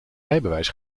rijbewijs